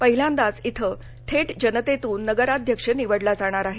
पहिल्यांदाच इथं थेट जनतेतून नगराध्यक्ष निवडला जाणार आहे